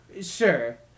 Sure